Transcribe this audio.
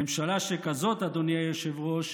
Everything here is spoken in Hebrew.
ממשלה שכזאת, אדוני היושב-ראש,